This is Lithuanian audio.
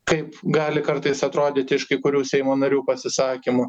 kaip gali kartais atrodyt iš kai kurių seimo narių pasisakymų